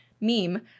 meme